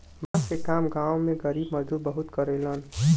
बांस के काम गांव में गरीब मजदूर बहुते करेलन